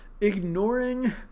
ignoring